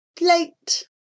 late